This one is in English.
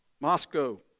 Moscow